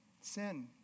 Sin